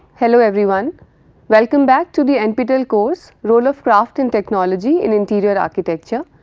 hello everyone welcome back to the nptel course role of craft and technology in interior-architecture.